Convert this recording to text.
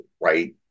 right